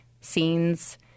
scenes